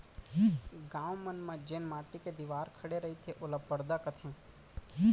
गॉंव मन म जेन माटी के दिवार खड़े रईथे ओला परदा कथें